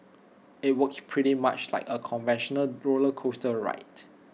IT works pretty much like A conventional roller coaster ride